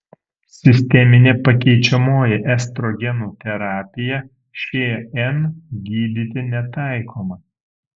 sisteminė pakeičiamoji estrogenų terapija šn gydyti netaikoma